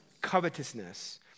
Covetousness